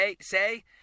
say